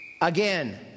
Again